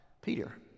Peter